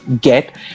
get